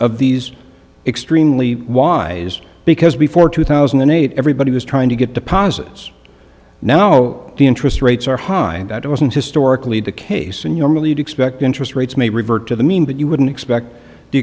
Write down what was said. of these extremely wise because before two thousand and eight everybody was trying to get deposits now the interest rates are high that wasn't historically the case and you're really to expect interest rates may revert to the mean but you wouldn't expect the